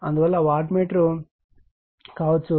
అందువలన అంటే watt meter కావచ్చు